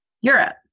Europe